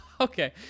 Okay